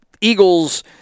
Eagles